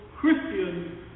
Christian